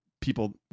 people